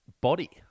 body